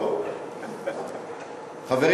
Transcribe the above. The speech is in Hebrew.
חברים,